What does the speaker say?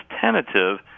tentative